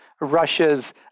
Russia's